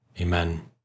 Amen